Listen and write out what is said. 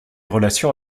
relations